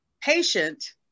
patient